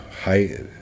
high